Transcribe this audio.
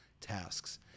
tasks